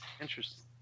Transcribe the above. Interesting